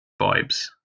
vibes